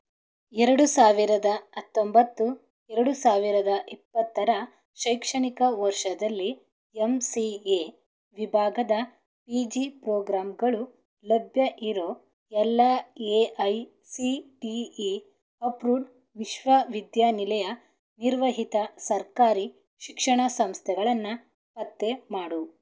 ಎರಡು ಸಾವಿರದ ಹತ್ತೊಂಬತ್ತು ಎರಡು ಸಾವಿರದ ಇಪ್ಪತ್ತರ ಶೈಕ್ಷಣಿಕ ವರ್ಷದಲ್ಲಿ ಎಂ ಸಿ ಎ ವಿಭಾಗದ ಪಿ ಜಿ ಪ್ರೋಗ್ರಾಮ್ಗಳು ಲಭ್ಯ ಇರೋ ಎಲ್ಲ A I C T E approved ವಿಶ್ವವಿದ್ಯಾನಿಲಯ ನಿರ್ವಹಿತ ಸರ್ಕಾರಿ ಶಿಕ್ಷಣ ಸಂಸ್ಥೆಗಳನ್ನು ಪತ್ತೆ ಮಾಡು